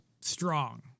strong